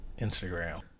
Instagram